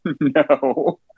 no